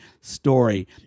story